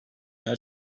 her